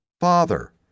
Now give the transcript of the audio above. Father